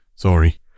Sorry